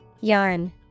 Yarn